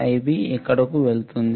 Ib ఇక్కడకు వెళ్తుంది